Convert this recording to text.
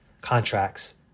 contracts